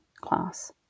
class